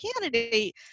candidate